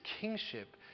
kingship